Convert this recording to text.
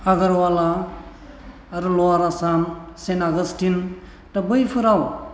आगरवाला आरो लवार आसाम सेन आग'स्टिन दा बैफोराव